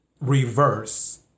reverse